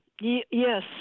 Yes